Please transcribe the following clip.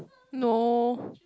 no